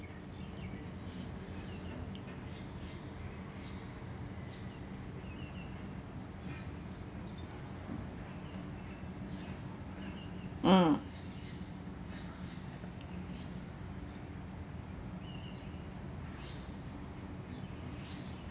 mm